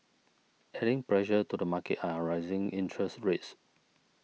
adding pressure to the market are rising interest rates